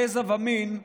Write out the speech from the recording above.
גזע ומין,